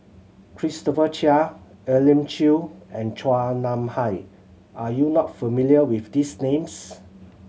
Christopher Chia Elim Chew and Chua Nam Hai are you not familiar with these names